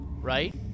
right